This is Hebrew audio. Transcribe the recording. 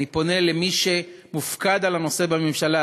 אני אומר למי שהופקד על הנושא בממשלה,